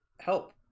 help